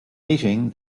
eating